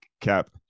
cap